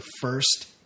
first